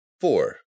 four